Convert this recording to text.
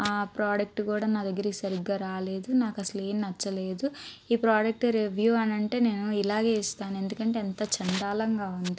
ఆ ప్రోడక్ట్ కూడా నా దగ్గరికి సరిగ్గా రాలేదు నాకు అసలు ఏం నచ్చలేదు ఈ ప్రోడక్ట్ రివ్యూ అని అంటే నేను ఇలాగే ఇస్తాను ఎందుకంటే ఎంత చండాలంగా ఉంది